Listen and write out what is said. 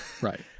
Right